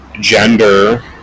gender